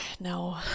no